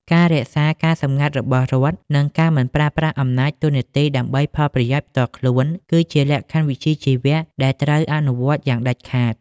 ការរក្សាការសម្ងាត់របស់រដ្ឋ និងការមិនប្រើប្រាស់អំណាចតួនាទីដើម្បីផលប្រយោជន៍ផ្ទាល់ខ្លួន គឺជាលក្ខខណ្ឌវិជ្ជាជីវៈដែលត្រូវអនុវត្តយ៉ាងដាច់ខាត។